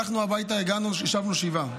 הלכנו הביתה, ישבנו שבעה.